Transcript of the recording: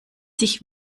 sich